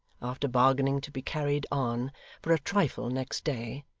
after bargaining to be carried on for a trifle next day,